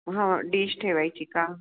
हां डिश ठेवायची का